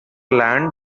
land